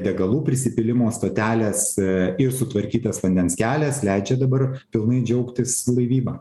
degalų prisipylimo stotelės e ir sutvarkytas vandens kelias leidžia dabar pilnai džiaugtis laivyba